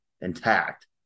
intact